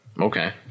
Okay